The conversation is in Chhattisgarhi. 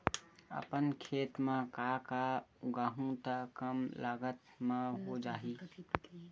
अपन खेत म का का उगांहु त कम लागत म हो जाही?